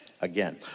again